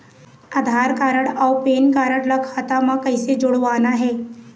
आधार card अऊ PAN card ला खाता म कइसे जोड़वाना हे?